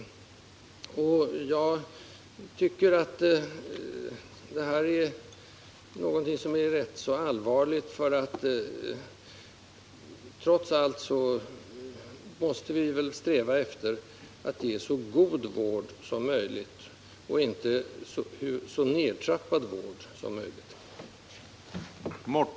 Jag tycker att detta är rätt allvarligt, för trots allt måste vi väl sträva efter att ge så god vård som möjligt och inte så nedtrappad vård som möjligt.